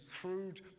crude